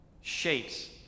shapes